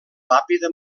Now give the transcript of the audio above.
làpida